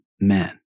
men